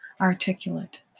articulate